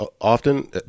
often